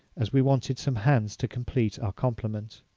as we wanted some hands to complete our complement.